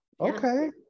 okay